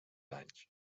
anys